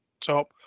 top